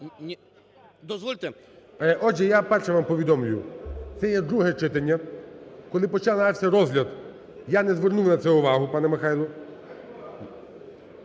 ГОЛОВУЮЧИЙ. Отже, я перше вам повідомлю. Це є друге читання. Коли починався розгляд, я не звернув на це увагу, пане Михайле.